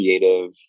creative